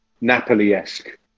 Napoli-esque